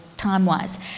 time-wise